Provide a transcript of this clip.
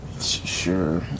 sure